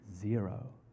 Zero